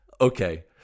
okay